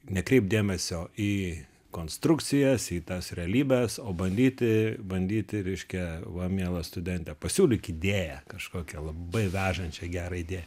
nekreipk dėmesio į konstrukcijas į tas realybes o bandyti bandyti reiškia va mielas studente pasiūlyk idėją kažkokią labai vežančią gerą idėją